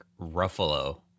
Ruffalo